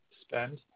spend